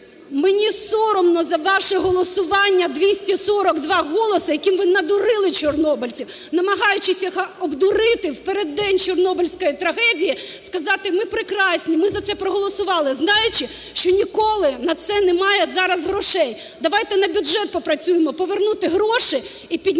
Мені соромно за ваше голосування 242 голоси, яким ви надурили чорнобильців, намагаючись їх обдурити в переддень Чорнобильської трагедії, сказати, ми прекрасні, ми за це проголосували, знаючи, що ніколи на це немає зараз грошей. Давайте на бюджет попрацюємо, повернути гроші і підняти